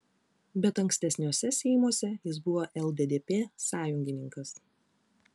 bet ankstesniuose seimuose jis buvo lddp sąjungininkas